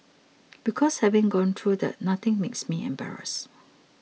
because having gone through that nothing makes me embarrassed